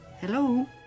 Hello